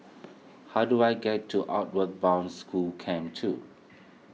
how do I get to Outward Bound School Camp two